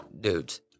dudes